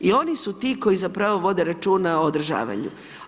I oni su ti koji zapravo vode računa o održavanju.